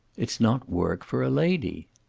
it's not work for a lady.